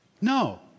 No